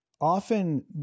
often